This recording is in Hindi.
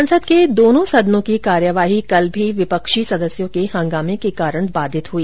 संसद के दोनों सदनों की कार्यवाही कल भी विपक्षी सदस्यों के हंगामे के कारण बाधित हुई